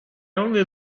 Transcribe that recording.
only